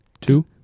Two